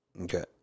Okay